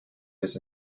was